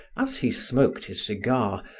as he smoked his cigar,